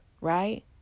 right